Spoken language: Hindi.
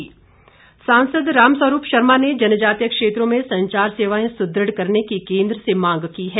रामस्वरूप सांसद रामस्वरूप शर्मा ने जनजातीय क्षेत्रों में संचार सेवाए सुदृढ़ करने की केंद्र से मांग की है